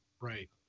right